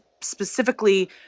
specifically